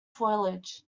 foliage